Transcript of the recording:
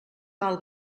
mal